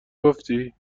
گفتی